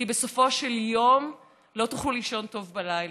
כי בסופו של יום לא תוכלו לישון טוב בלילה,